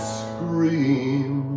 scream